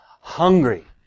hungry